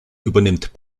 übernimmt